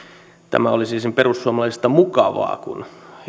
tämä olisi perussuomalaisista mukavaa kun